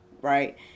right